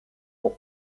pour